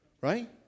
Right